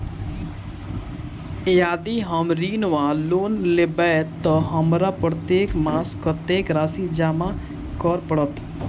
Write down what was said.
यदि हम ऋण वा लोन लेबै तऽ हमरा प्रत्येक मास कत्तेक राशि जमा करऽ पड़त?